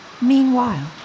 Meanwhile